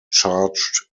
charged